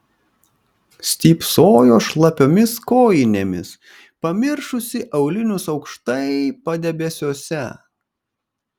stypsojo šlapiomis kojinėmis pamiršusi aulinius aukštai padebesiuose